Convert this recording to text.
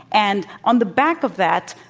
and on the back of that,